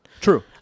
True